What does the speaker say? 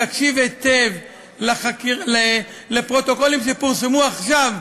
תקשיב היטב לפרוטוקולים שפורסמו עכשיו,